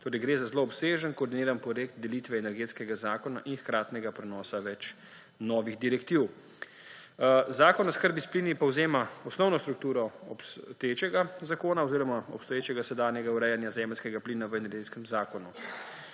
torej za zelo obsežen, koordiniran projekt delitve Energetskega zakona in hkratnega prenosa več novih direktiv. Zakon o oskrbi s plini povzema osnovno strukturo obstoječega zakona oziroma obstoječega, sedanjega urejanja zemeljskega plina v Energetskem zakonu.